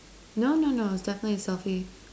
no no no it's definitely a selfie